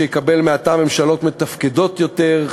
שיקבל מעתה ממשלות מתפקדות יותר,